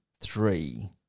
three